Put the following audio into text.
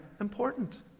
important